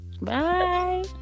Bye